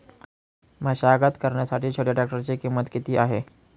मशागत करण्यासाठी छोट्या ट्रॅक्टरची किंमत किती आहे?